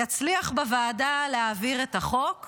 יצליח להעביר את החוק בוועדה.